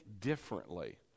differently